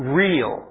real